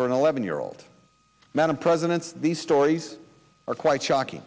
for an eleven year old man and president these stories are quite shocking